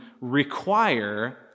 require